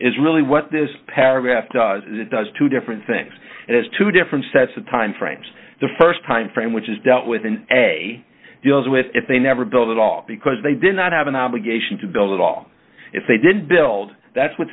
is really what this paragraph does it does two different things it has two different sets of time frames the st time frame which is dealt with in a deals with if they never build it all because they did not have an obligation to build it all if they did build that's what